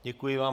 Děkuji vám.